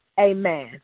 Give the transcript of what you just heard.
Amen